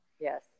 Yes